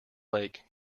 lake